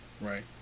Right